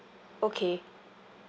okay